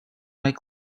white